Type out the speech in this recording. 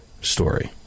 story